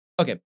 Okay